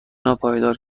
ناپایدار